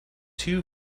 two